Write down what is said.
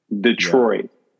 Detroit